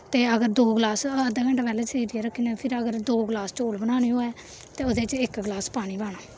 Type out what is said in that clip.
ते अगर दो ग्लास अद्धा घैंटा पैह्लें सेड़ियै रक्खी ओड़ने फिर अगर दो ग्लास चौल बनाने होऐ ते ओह्दे च इक ग्लास पानी पाना